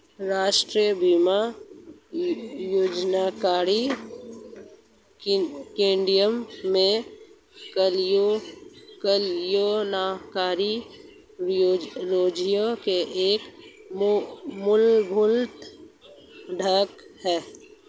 राष्ट्रीय बीमा United Kingdom में कल्याणकारी राज्य का एक मूलभूत घटक है